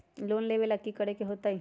Loan लेवेला की करेके होतई?